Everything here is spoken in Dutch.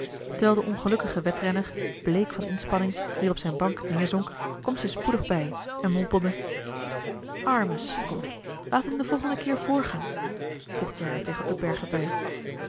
de ongelukkige wedrenner bleek van inspanning weer op zijn bank neerzonk kwam zij spoedig bij en mompelde arme sukkel laat hem den volgenden keer voorgaan voegde zij er tegen upbergen bij